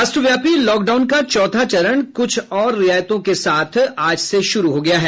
राष्ट्रव्यापी लॉकडाउन का चौथा चरण कुछ और रियायतों के साथ आज से शुरू हो गया है